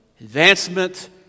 advancement